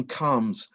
comes